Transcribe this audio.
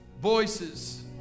Voices